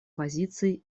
позиций